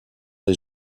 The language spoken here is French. les